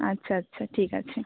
আচ্ছা আচ্ছা ঠিক আছে